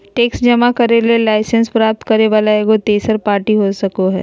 tax जमा करे ले लाइसेंस प्राप्त करे वला एगो तेसर पार्टी हो सको हइ